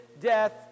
death